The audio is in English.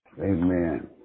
Amen